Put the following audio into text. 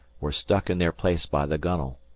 were stuck in their place by the gunwale.